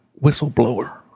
whistleblower